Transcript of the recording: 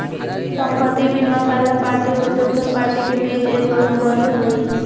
संपत्ति बीमा पहला पार्टी और दोसर पार्टी के बीच एगो अनुबंध हइ